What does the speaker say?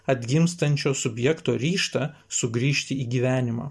atgimstančio subjekto ryžtą sugrįžti į gyvenimą